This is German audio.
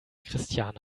christiane